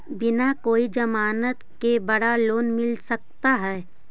बिना कोई जमानत के बड़ा लोन मिल सकता है?